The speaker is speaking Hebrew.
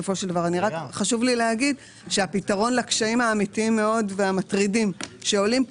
חשוב לי להגיד שהפתרון לקשיים האמיתיים מאוד והמטרידים שעולים כאן,